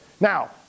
Now